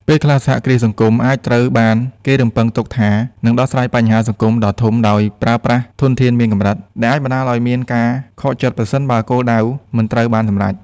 ពេលខ្លះ សហគ្រាសសង្គមអាចត្រូវបានគេរំពឹងទុកថានឹងដោះស្រាយបញ្ហាសង្គមដ៏ធំដោយប្រើប្រាស់ធនធានមានកម្រិត ដែលអាចបណ្តាលឲ្យមានការខកចិត្តប្រសិនបើគោលដៅមិនត្រូវបានសម្រេច។